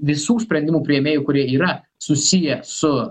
visų sprendimų priėmėjų kurie yra susiję su